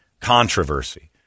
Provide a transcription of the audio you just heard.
controversy